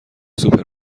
سوپر